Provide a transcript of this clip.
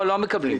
מקבלים.